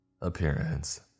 Appearance